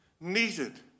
needed